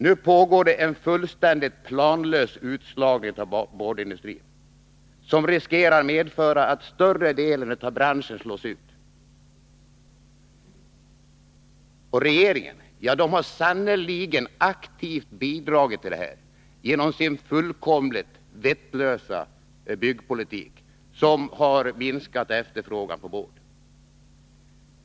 Nu pågår en fullständigt planlös utslagning av boardindustrin, som riskerar att medföra att större delen av branschen slås ut. Regeringen har sannerligen aktivt bidragit till detta genom sin fullkomligt vettlösa byggpolitik, som har minskat efterfrågan på board.